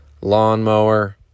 lawnmower